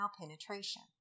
penetration